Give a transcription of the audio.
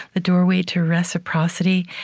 the doorway to reciprocity.